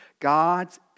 God's